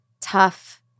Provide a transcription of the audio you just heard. tough